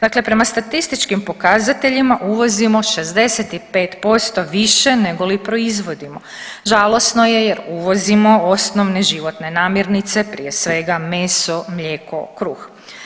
Dakle, prema statističkim pokazateljima uvozimo 65% više negoli proizvodimo, žalosno je jer uvozimo osnovne životne namirnice prije svega meso, mlijeko i kruh.